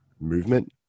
movement